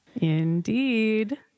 Indeed